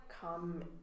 come